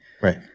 right